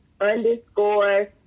underscore